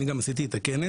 אני גם עשיתי את הכנס,